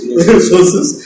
resources